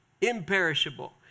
imperishable